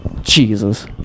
Jesus